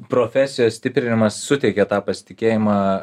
profesijos stiprinimas suteikia tą pasitikėjimą